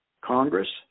Congress